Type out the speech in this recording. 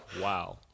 Wow